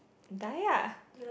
die lah